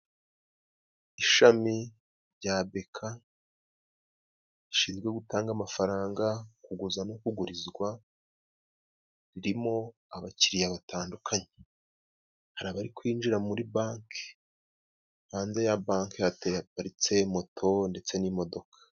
Ishami rya Beka rishinzwe gutanga amafaranga kuguza no kugurizwa ririmo abakiriya batandukanye, hari abari kwinjira muri banki, hanze ya banki hate haparitse moto ndetse n'imodoka.